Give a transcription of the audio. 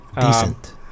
Decent